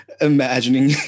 imagining